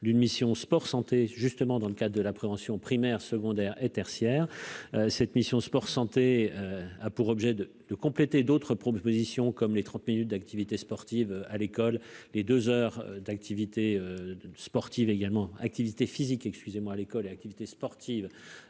D'une mission Sport santé justement dans le cas de la prévention primaire, secondaire et tertiaire cette mission Sport santé a pour objet de le compléter d'autres propositions, comme les 30 minutes d'activité sportive à l'école, les 2 heures d'activités sportives également activité physique, excusez-moi, à l'école et activité sportive